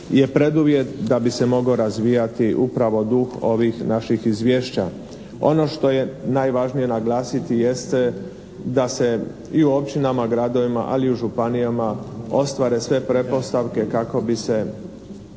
je preduvjet da bi se mogao razvijati upravo duh ovih naših izvješća. Ono što je najvažnije naglasiti jeste da se i u općinama, gradovima ali i županijama ostvare sve pretpostavke kako bi se